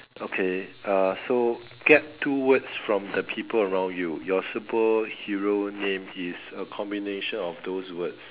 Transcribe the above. okay uh so get two words from the people around you your super hero name is a combination of those words